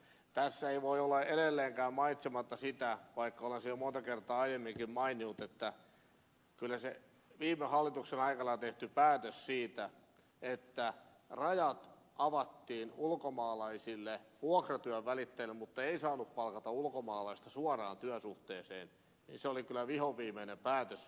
tässä ei voi olla edelleenkään mainitsematta sitä vaikka olen sen jo monta kertaa aiemminkin maininnut että kyllä se viime hallituksen aikana tehty päätös siitä että rajat avattiin ulkomaalaisille vuokratyön välittäjille mutta ei saanut palkata ulkomaalaista suoraan työsuhteeseen oli kyllä vihonviimeinen päätös